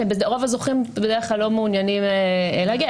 רוב הזוכים בדרך כלל לא מעוניינים להגיע.